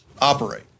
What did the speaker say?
operate